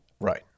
right